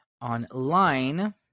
online